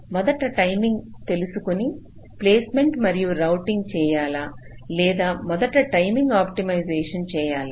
మొదట టైమింగ్ తెలుసుకుని ప్లేస్మెంట్ మరియు రౌటింగ్ చేయాలా లేదా మొదట టైమింగ్ ఆప్టిమైజేషన్ చేయాలా